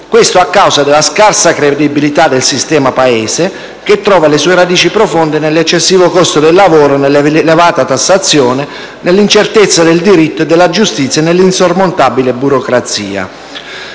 questo a causa della scarsa credibilità del sistema Paese che trova le sue radici profonde nell'eccessivo costo del lavoro e nell'elevata tassazione, nell'incertezza del diritto e della giustizia e nell'insormontabile burocrazia.